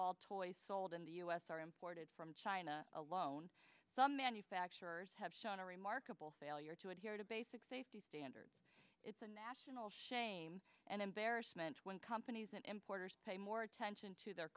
all toys sold in the u s are imported from china alone some manufacturers have shown a remarkable failure to adhere to basic safety standards it's a national shame and embarrassment when companies and importers pay more attention to their